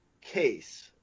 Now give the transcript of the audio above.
case